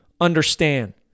understand